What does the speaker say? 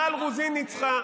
מי מעניינים הכיסא והשררה,